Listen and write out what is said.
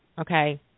okay